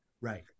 right